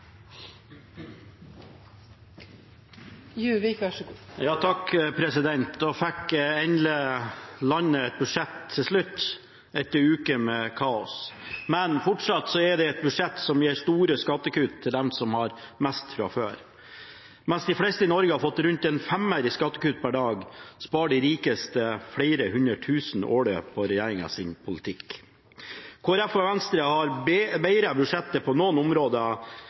til skole. Så fikk landet endelig et budsjett til slutt, etter uker med kaos. Men fortsatt er det et budsjett som gir store skattekutt til dem som har mest fra før. Mens de fleste i Norge har fått rundt en femmer i skattekutt per dag, sparer de rikeste flere hundre tusen årlig på regjeringens politikk. Kristelig Folkeparti og Venstre har bedret budsjettet på